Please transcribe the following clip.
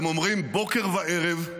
הם אומרים בוקר וערב,